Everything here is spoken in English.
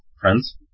friends